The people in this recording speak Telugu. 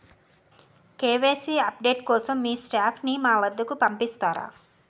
కే.వై.సీ అప్ డేట్ కోసం మీ స్టాఫ్ ని మా వద్దకు పంపిస్తారా?